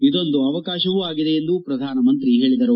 ಇದೊಂದು ಅವಕಾಶವೂ ಆಗಿದೆ ಎಂದು ಪ್ರಧಾನ ಮಂತ್ರಿ ಹೇಳಿದರು